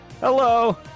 hello